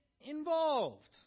involved